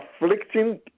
afflicting